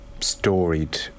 storied